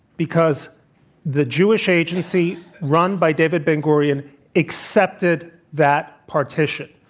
because the jewish agency run by david ben-gurion accepted that partition.